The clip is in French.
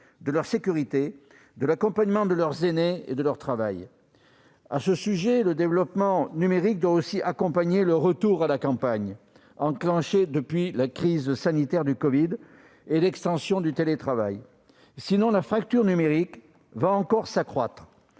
de leur sécurité, de l'accompagnement de leurs aînés et de leur travail. Le développement numérique doit aussi accompagner le retour à la campagne, entamé avec la crise sanitaire de la covid et l'extension du télétravail ; sinon, la fracture numérique va encore s'accroître.